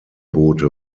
boote